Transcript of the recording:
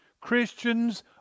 Christians